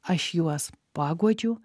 aš juos paguodžiu